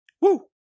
Woo